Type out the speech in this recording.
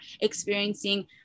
experiencing